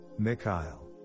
mikhail